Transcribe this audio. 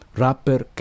rapper